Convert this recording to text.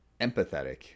empathetic